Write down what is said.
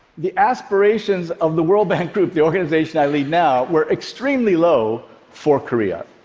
the aspirations of the world bank group, the organization i lead now, were extremely low for korea.